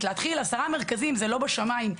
להתחיל עשרה מרכזים זה לא בשמיים,